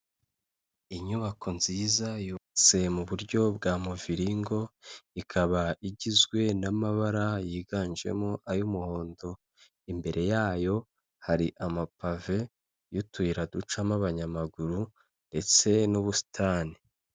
Inyubako nziza yubatse mu buryo bwa muviriingo, ikaba igizwe n'amabara yiganjemo ay'umuhondo. Imbere yayo hari amapave y'utuyira ducamo abanyamaguru, ndetse n'ubusitani.